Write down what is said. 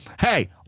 Hey